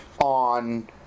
on